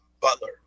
butler